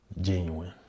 genuine